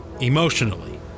Emotionally